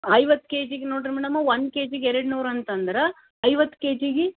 ಐವತ್ತು ಕೆ ಜಿಗೆ ನೋಡಿ ರೀ ಮೇಡಮ್ ಒನ್ ಕೆ ಜಿಗೆ ಎರಡುನೂರು ಅಂತಂದ್ರೆ ಐವತ್ತು ಕೆ ಜಿಗೆ